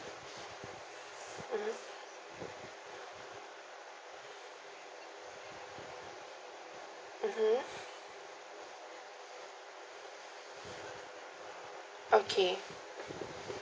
mmhmm mmhmm okay